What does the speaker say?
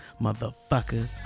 motherfucker